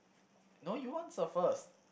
no you answer first